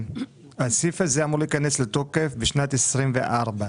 הסעיף הזה אמור להיכנס לתוקף בשנת 24',